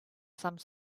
some